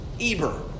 Eber